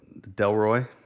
Delroy